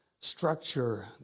structure